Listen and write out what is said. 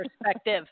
perspective